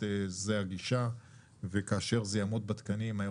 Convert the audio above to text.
מצטרפים לתקווה שלך.